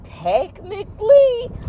Technically